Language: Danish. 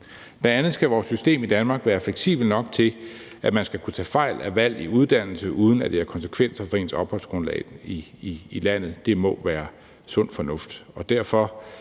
Bl.a. skal vores system i Danmark være fleksibelt nok til, at man skal kunne tage fejl af valg i uddannelse, uden at det har konsekvenser for ens opholdsgrundlag i landet. Det må være sund fornuft.